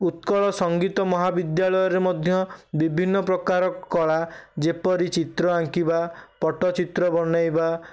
ଉତ୍କଳ ସଙ୍ଗୀତ ମହାବିଦ୍ୟାଳୟରେ ମଧ୍ୟ ବିଭିନ୍ନ ପ୍ରକାର କଳା ଯେପରି ଚିତ୍ର ଆଙ୍କିବା ପଟ୍ଟଚିତ୍ର ବନେଇବା